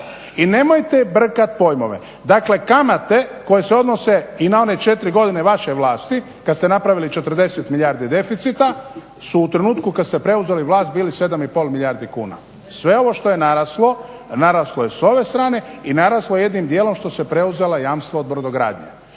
I nemojte brkat pojmove. Dakle, kamate koje se odnose i na one 4 godine vaše vlasti kad ste napravili 40 milijardi deficita su u trenutku kad ste preuzeli vlast bili 7 i pol milijardi kuna. Sve ovo što je naraslo, naraslo je s ove strane i naraslo je jednim dijelom što su se preuzela jamstva od brodogradnje.